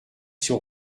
sur